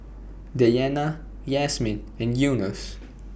Dayana Yasmin and Yunos